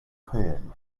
corn